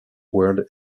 word